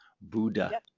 Buddha